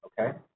okay